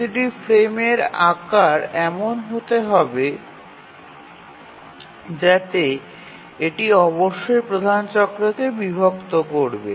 প্রতিটি ফ্রেমের আকার এমন হবে যাতে এটি অবশ্যই প্রধান চক্রকে বিভক্ত করবে